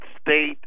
state